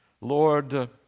Lord